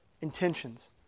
intentions